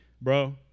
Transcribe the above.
Bro